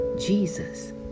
Jesus